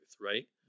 right